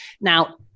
Now